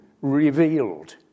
revealed